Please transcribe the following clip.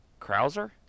Krauser